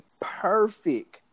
perfect